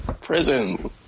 Prison